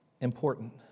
important